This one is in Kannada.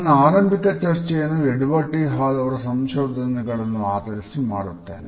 ನನ್ನ ಆರಂಭಿಕ ಚರ್ಚೆಯನ್ನು ಎಡ್ವರ್ಡ್ ಟಿ ಹಾಲ್ ಅವರ ಸಂಶೋಧನೆಗಳನ್ನು ಆಧರಿಸಿ ಮಾಡುತ್ತೇನೆ